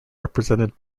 represented